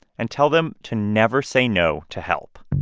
and tell them to never say no to help